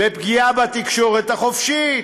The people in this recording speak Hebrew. בפגיעה בתקשורת החופשית,